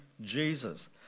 Jesus